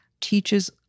teaches